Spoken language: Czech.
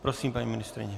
Prosím, paní ministryně.